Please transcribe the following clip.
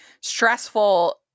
stressful